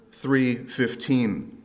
3.15